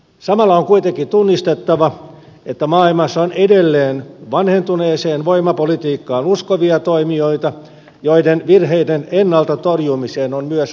samalla on kuitenkin tunnistettava että maailmassa on edelleen vanhentuneeseen voimapolitiikkaan uskovia toimijoita joiden virheiden ennalta torjumiseen on myös varauduttava